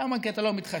למה, כי אתה לא מתחשב.